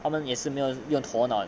他们也是没有用头脑